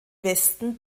westen